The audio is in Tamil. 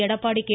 எடப்பாடி கே